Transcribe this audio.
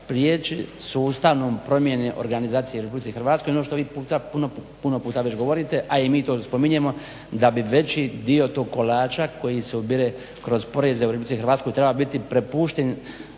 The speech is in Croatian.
prijeći sustavnom promjeni organizacije u RH, ono što vi puno puta već govorite a i mi to spominjemo da bi veći dio tog kolača koji se ubire kroz poreze u RH treba biti prepušten